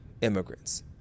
immigrants